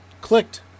clicked